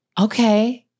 Okay